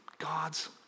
God's